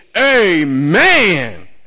Amen